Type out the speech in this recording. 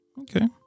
Okay